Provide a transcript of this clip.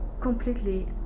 completely